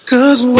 Cause